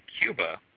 Cuba